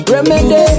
Remedy